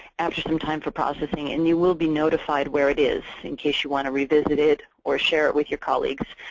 after some time for processing. and you will be notified where it is, in case you want to revisit it or share it with your colleagues.